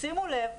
שימו לב,